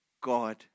God